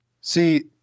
See